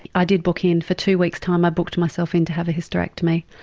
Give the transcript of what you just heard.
i did book in for two weeks time i booked myself in to have a hysterectomy.